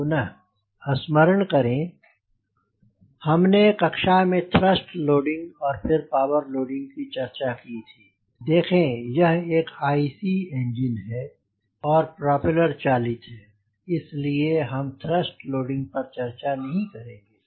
पुनः स्मरण करें हमने कक्षा में थ्रस्ट लोडिंग और फिर पावर लोडिंग की चर्चा की थी देखें यह एक IC इंजन है और प्रोपेलर चालित है इस लिए हम थ्रस्ट लोडिंग पर चर्चा नहीं करेंगे